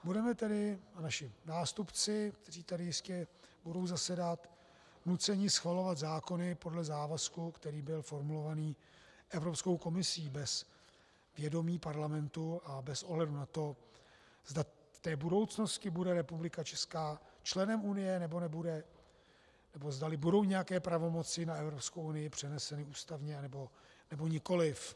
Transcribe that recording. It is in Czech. Budeme tedy, a naši nástupci, kteří tady jistě budou zasedat, nuceni schvalovat zákony podle závazku, který byl formulovaný Evropskou komisí bez vědomí Parlamentu a bez ohledu na to, zda v té budoucnosti bude Česká republika členem Unie, nebo nebude, nebo zdali budou nějaké pravomoci na Evropskou unii přeneseny ústavně, anebo nikoliv.